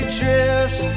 drifts